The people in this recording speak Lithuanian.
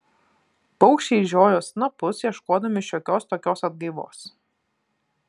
paukščiai žiojo snapus ieškodami šiokios tokios atgaivos